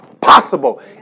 possible